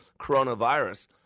coronavirus